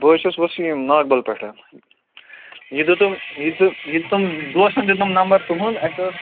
بہٕ حظ چھُس ؤسیٖم ناگبَل پٮ۪ٹھ یہِ دِتُم یہِ دوٚ یہِ دِتُم دوستَن دیُتنم نمبر تُہُنٛد اَسہِ ٲس